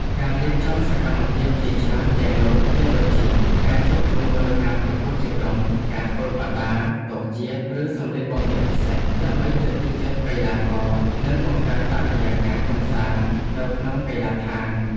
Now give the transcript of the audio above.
ការរៀបចំសកម្មភាពជាច្រើនទាំងនោះមានដូចជា ការជួបជុំមើលការប្រកួតជាក្រុម ការធ្វើបដា ទង់ជាតិ ឬសម្លៀកបំពាក់ពិសេស ដើម្បីលើកទឹកចិត្តកីឡាករ និងបង្កើតបរិយាកាសកម្សាន្តនៅក្នុងកីឡាដ្ឋាន។